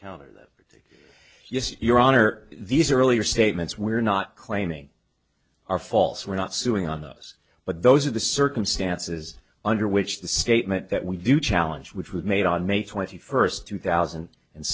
to yes your honor these earlier statements we're not claiming are false we're not suing on those but those are the circumstances under which the statement that we do challenge which was made on may twenty first two thousand and